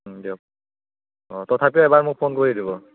দিয়ক অঁ তথাপিও এবাৰ মোক ফোন কৰি দিব